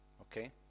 Okay